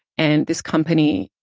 and this company,